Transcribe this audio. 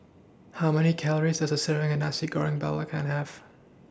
How Many Calories Does A Serving of Nasi Goreng Belacan Have